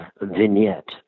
vignette